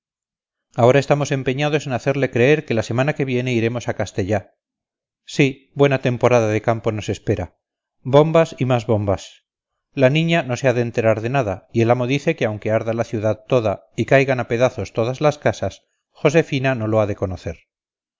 ahora estamos empeñados en hacerle creer que la semana que viene iremos a castell sí buena temporada de campo nos espera bombas y más bombas la niña no se ha de enterar de nada y el amo dice que aunque arda la ciudad toda y caigan a pedazos todas las casas josefina no lo ha de conocer